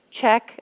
check